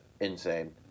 insane